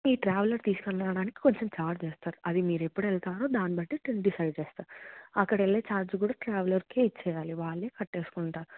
ఈ ట్రావెలర్ తీసుకు వెళ్ళడానికి కొంచం చార్జ్ చేస్తారు అది మీరు ఎప్పుడు వెళ్తారో దాన్ని బట్టి తను డిసైడ్ చేస్తారు అక్కడ వెళ్ళే చార్జ్ కూడా ట్రావెలర్కే ఇవ్వాలి వాళ్ళే కట్టేసుకుంటారు